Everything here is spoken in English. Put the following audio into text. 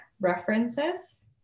references